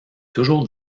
toujours